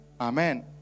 Amen